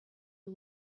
you